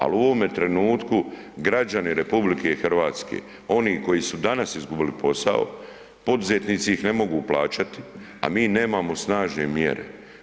Al u ovome trenutku građani RH, oni koji su danas izgubili posao, poduzetnici ih ne mogu plaćati, a mi nemamo snažne mjere.